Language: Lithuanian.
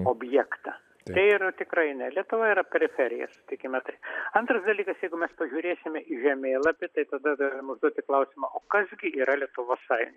objektą tai yra tikrai ne lietuva yra periferija sutikime tai antras dalykas jeigu mes pažiūrėsime į žemėlapį tai tada galim užduoti klausimą o kas gi yra lietuvos sąjungininkai